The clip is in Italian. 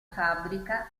fabbrica